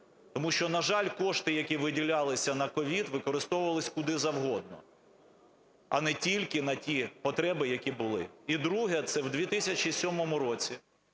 Тому що, на жаль, кошти, які виділялися на COVID, використовувалися куди завгодно, а не на ті потреби, які були. І друге. Це у 2007 році